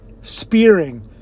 Spearing